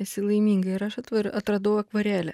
esi laiminga ir aš atvar atradau akvarelę